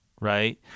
right